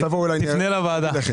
תפנה לוועדה.